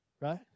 right